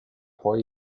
poi